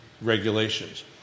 regulations